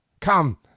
come